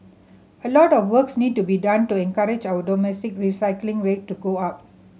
a lot of works need to be done to encourage our domestic recycling rate to go up